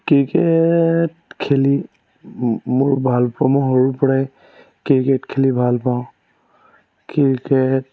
cricket খেলি মোৰ ভাল পোৱা মই সৰুৰ পৰাই ক্ৰিকেট খেলি ভাল পাওঁ ক্ৰিকেট